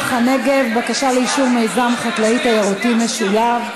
הנגב (בקשה לאישור מיזם חקלאי-תיירותי משולב).